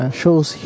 shows